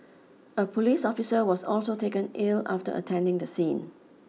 a police officer was also taken ill after attending the scene